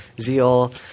zeal